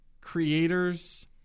creators